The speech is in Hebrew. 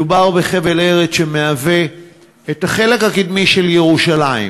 מדובר בחבל ארץ שהוא החלק הקדמי של ירושלים,